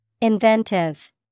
Inventive